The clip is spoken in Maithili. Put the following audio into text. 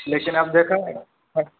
लेकिन आब देखऽ